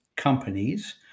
companies